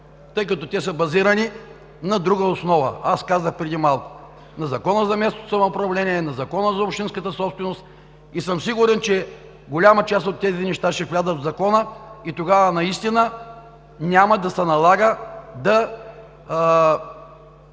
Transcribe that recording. тъй като те са базирани на друга основа. Аз казах преди малко – на Закона за местното самоуправление и местната администрация, на Закона за общинската собственост, и съм сигурен, че голяма част от тези неща ще влязат в закона и тогава наистина няма да се налага да